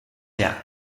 der